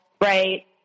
Right